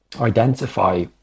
identify